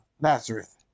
Nazareth